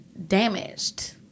Damaged